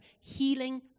healing